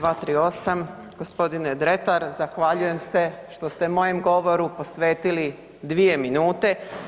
238., gospodine Dretar zahvaljujem se što ste mojem govoru posvetili dvije minute.